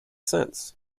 sense